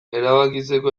erabakitzeko